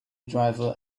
driver